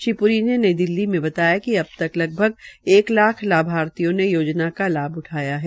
श्री प्री ने नई दिल्ली में बताया कि अब तक लगभग एक लाख लाभार्थियो ने योजना का लाभ उठाया है